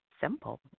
simple